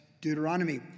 Deuteronomy